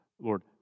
Lord